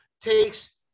takes –